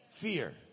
fear